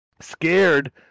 scared